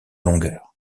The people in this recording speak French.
longueur